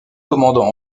commandant